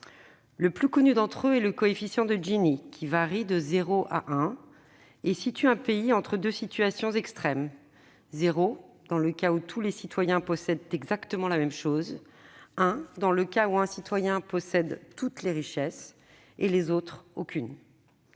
Le plus connu d'entre eux est le coefficient de Gini, qui varie de 0 à 1 et situe un pays entre deux positions extrêmes : 0, dans le cas où tous les citoyens possèdent exactement la même chose ; 1, dans le cas où un citoyen possède toutes les richesses et les autres aucune.